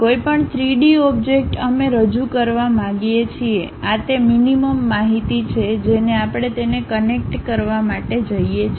કોઈપણ 3D object અમે રજૂ કરવા માંગીએ છીએ આ તે મીનીમમ માહિતી છે જેને આપણે તેને કનેક્ટ કરવા માટે જોઈએ છે